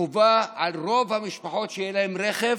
חובה על רוב המשפחות שיהיה להן רכב